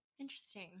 Interesting